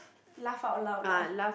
laugh out loud lah